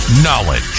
Knowledge